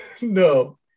no